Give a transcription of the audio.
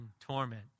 torment